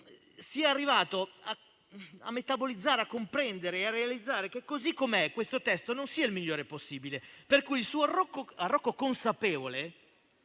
sia arrivato a metabolizzare, a comprendere e a realizzare che, così com'è, esso non sia il migliore possibile, per cui il suo arrocco consapevole